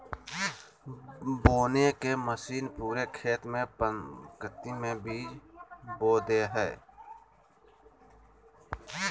बोने के मशीन पूरे खेत में पंक्ति में बीज बो दे हइ